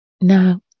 Now